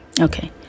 okay